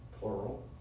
plural